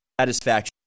satisfaction